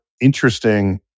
interesting